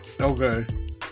Okay